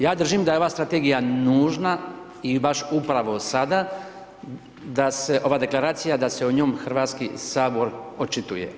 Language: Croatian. Ja držim da je ova strategija nužna i baš upravo sada da se, ova deklaracija da se o njoj Hrvatski sabor očituje.